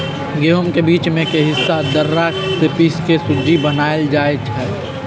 गहुम के बीच में के हिस्सा दर्रा से पिसके सुज्ज़ी बनाएल जाइ छइ